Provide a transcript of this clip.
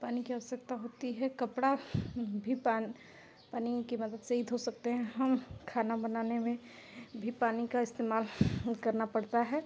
पानी की आवश्यकता होती है कपड़ा भी पान पानी की मदद से ही धो सकते हैं हम खाना बनाने में भी पानी का इस्तेमाल करना पड़ता है